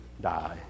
die